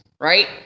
right